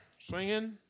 Swinging